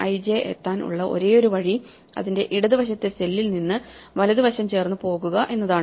I J എത്താൻ ഉള്ള ഒരേയൊരു വഴി അതിന്റെ ഇടത് വശത്തെ സെല്ലിൽ നിന്ന് വലതു വശം ചേർന്ന് പോകുക എന്നതാണ്